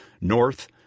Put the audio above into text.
North